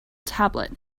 tablet